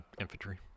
Infantry